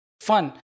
fun